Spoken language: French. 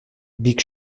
big